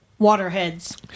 waterheads